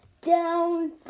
down